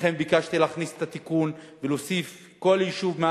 לכן ביקשתי להכניס את התיקון ולהוסיף: כל יישוב שיש